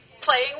Playing